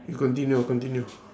you continue continue